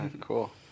Cool